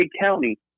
County